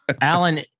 Alan